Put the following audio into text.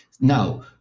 Now